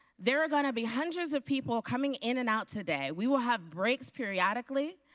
there are going to be hundreds of people coming in and out today. we will have breaks periodically.